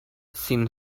sin